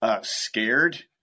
Scared